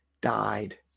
died